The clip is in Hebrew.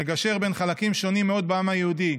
לגשר בין חלקים שונים מאוד בעם היהודי,